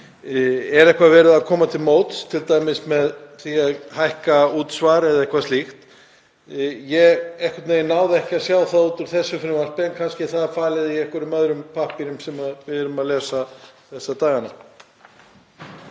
Er eitthvað verið að koma til móts við þau, t.d. með því að hækka útsvarið eða eitthvað slíkt? Ég náði einhvern veginn ekki að sjá það út úr þessu frumvarpi en kannski er það falið í einhverjum öðrum pappírum sem við erum að lesa þessa dagana.